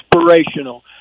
inspirational